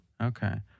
Okay